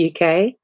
UK